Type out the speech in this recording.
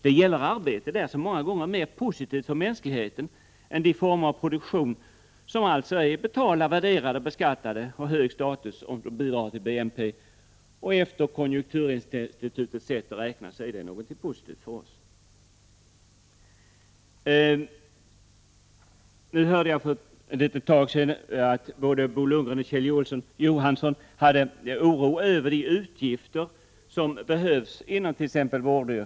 Det gäller arbete som många gånger är mer positivt för mänskligheten än de former av produktion som alltså är betalda, värderade, beskattade och har hög status om de bidrar till BNP, och efter konjunkturinstitutets sätt att räkna är detta någonting positivt för oss. Jag hörde för ett litet tag sedan att både Bo Lundgren och Kjell Johansson var oroade över de utgifter som krävs t.ex. inom vårdyrket.